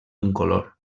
incolor